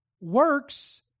works